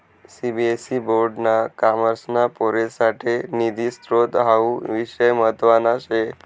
CBSE board ना कॉमर्सना पोरेससाठे निधी स्त्रोत हावू विषय म्हतवाना शे